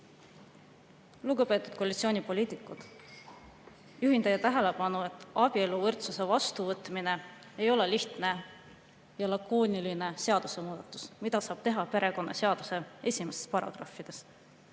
Lugupeetud koalitsioonipoliitikud! Juhin teie tähelepanu, et abieluvõrdsuse [seaduse] vastuvõtmine ei ole lihtne ja lakooniline seadusemuudatus, mida saab teha perekonnaseaduse esimestes paragrahvides.